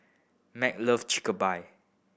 Marc love